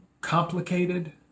complicated